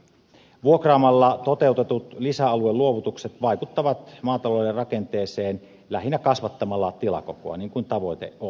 vuokraamalla toteutetut lisäalueluovutukset vaikuttavat maatalouden rakenteeseen lähinnä kasvattamalla tilakokoa niin kuin tavoite on